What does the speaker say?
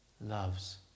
loves